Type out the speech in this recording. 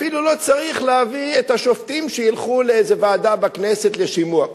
אפילו לא צריך להביא את השופטים שילכו לאיזו ועדה בכנסת לשימוע.